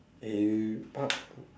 eh